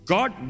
God